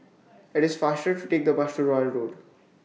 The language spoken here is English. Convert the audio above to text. IT IS faster to Take The Bus to Royal Road